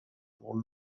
pour